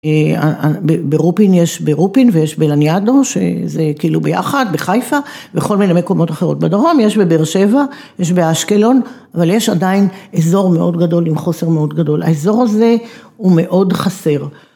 ברופין יש ברופין ויש בלניאדו שזה כאילו ביחד בחיפה וכל מיני מקומות אחרות בדרום, יש בבאר שבע, יש באשקלון אבל יש עדיין אזור מאוד גדול עם חוסר מאוד גדול, האזור הזה הוא מאוד חסר.